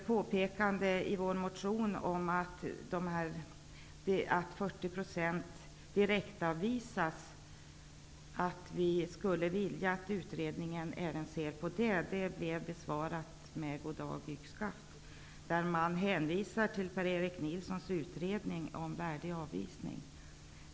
Påpekandet i vår motion om att 40 % direktavvisas och att utredningen även borde se på det, besvaras med goddag--yxskaft. Man hänvisar till Per-Erik Nilssons utredning om värdig avvisning.